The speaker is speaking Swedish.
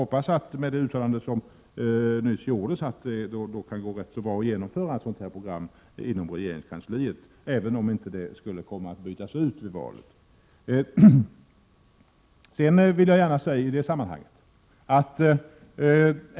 Mot bakgrund av det uttalande som nyss gjordes hoppas jag att det skall gå ganska bra att genomföra ett sådant program inom regeringskansliet, även om denna fråga inte skulle komma att brytas ut vid valet.